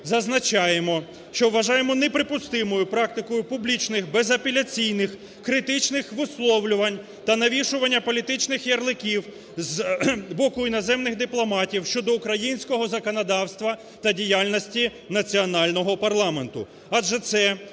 зазначаємо, що вважаємо неприпустимою практику публічних безапеляційних критичних висловлювання та навішування політичних ярликів з боку іноземних дипломатів щодо українського законодавства та діяльності національного парламенту,